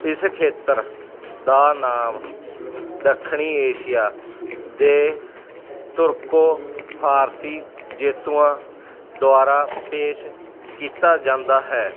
ਇਸ ਖੇਤਰ ਦਾ ਨਾਮ ਦੱਖਣੀ ਏਸ਼ੀਆ ਦੇ ਧੁਰਕੋ ਫਾਰਸੀ ਜੇਤੂਆਂ ਦੁਆਰਾ ਪੇਸ਼ ਕੀਤਾ ਜਾਂਦਾ ਹੈ